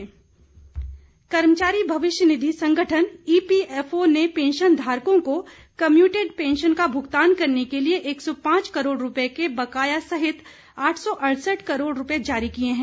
ई PFO कर्मचारी भविष्य निधि संगठन ई पी एफ ओ ने पेंशन धारकों को कम्यूटेड पेंशन का भुगतान करने के लिए एक सौ पांच करोड़ रुपये के बकाया सहित आठ सौ अड़सठ करोड़ रूपये जारी किये हैं